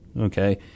okay